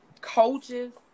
coaches